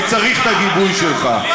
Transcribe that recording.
מי צריך את הגיבוי שלך?